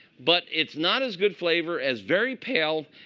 but it's not as good flavor as very pale,